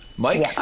Mike